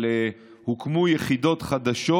אבל הוקמו יחידות חדשות,